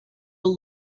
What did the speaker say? will